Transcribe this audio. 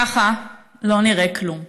ככה לא נראה "כלום",